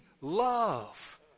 love